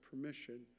permission